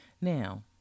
Now